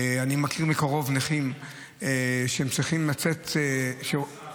אני מכיר מקרוב נכים שהם צריכים לצאת --- אדוני סגן השר,